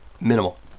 minimal